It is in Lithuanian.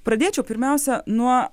pradėčiau pirmiausia nuo